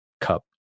cup